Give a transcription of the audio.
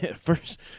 first